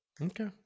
Okay